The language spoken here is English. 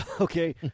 Okay